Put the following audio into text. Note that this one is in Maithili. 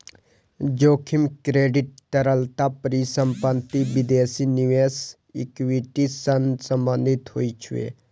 जोखिम क्रेडिट, तरलता, परिसंपत्ति, विदेशी निवेश, इक्विटी सं संबंधित होइ छै